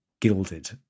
gilded